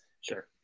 Sure